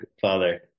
Father